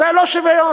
זה לא שוויון.